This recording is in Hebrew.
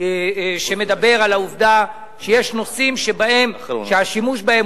שמדבר על העובדה שיש נושאים שהשימוש בהם